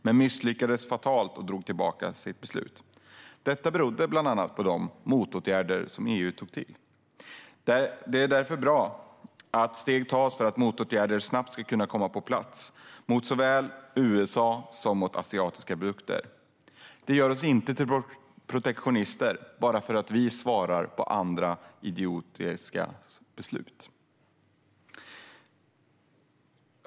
Han misslyckades dock fatalt och drog tillbaka sitt beslut. Detta berodde bland annat på de motåtgärder som EU tog till. Det är därför bra att steg tas för att motåtgärder snabbt ska kunna komma på plats mot såväl USA som mot asiatiska produkter. Att vi svarar på andras idiotiska beslut gör oss inte till protektionister.